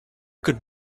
could